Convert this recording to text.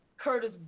Curtis